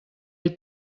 ell